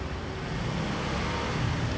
so